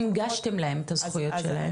לא, אתם לא הנגשתם להם את הזכויות שלהם.